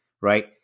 Right